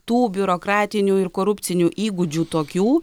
tų biurokratinių ir korupcinių įgūdžių tokių